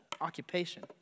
occupation